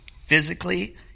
physically